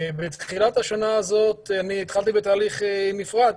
בתחילת השנה הזאת התחלתי בתהליך נפרד